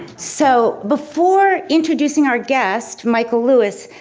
so, before introducing our guest michael lewis,